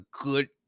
good